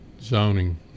zoning